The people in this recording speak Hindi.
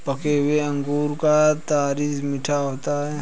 पके हुए अंगूर का तासीर मीठा होता है